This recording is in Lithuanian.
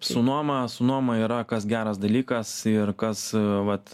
su nuoma su nuoma yra kas geras dalykas ir kas vat